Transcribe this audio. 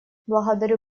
благодарю